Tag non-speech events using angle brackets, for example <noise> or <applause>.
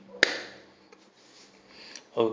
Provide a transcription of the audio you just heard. <noise>